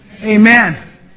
Amen